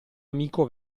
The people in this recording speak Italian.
amico